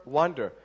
wonder